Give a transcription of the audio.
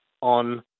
on